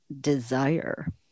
desire